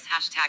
hashtag